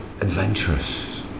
adventurous